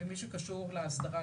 ומי שקשור לאסדרה,